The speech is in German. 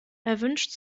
erwünscht